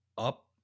up